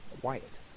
quiet